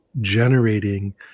generating